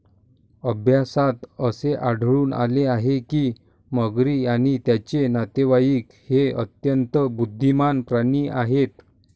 अभ्यासात असे आढळून आले आहे की मगरी आणि त्यांचे नातेवाईक हे अत्यंत बुद्धिमान प्राणी आहेत